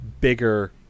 bigger